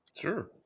Sure